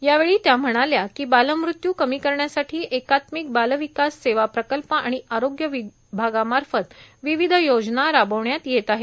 यावेळी त्या म्हणाल्या बालमृत्यू कमी करण्यासाठी एकात्मिक बालविकास सेवा प्रकल्प आणि आरोग्य विभागामार्फत विविध योजना राबविण्यात येत आहेत